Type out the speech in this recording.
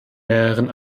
mehreren